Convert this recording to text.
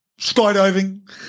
Skydiving